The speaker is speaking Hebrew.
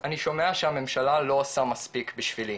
אני שומע שהממשלה לא עושה מספיק בשבילי,